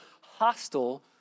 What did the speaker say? hostile